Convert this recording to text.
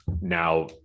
Now